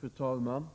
Fru talman!